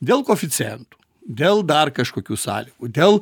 dėl koeficientų dėl dar kažkokių sąlygų dėl